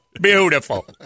beautiful